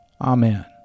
Amen